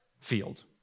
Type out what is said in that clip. field